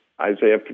Isaiah